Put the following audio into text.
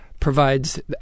provides